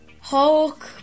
Hulk